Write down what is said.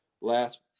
last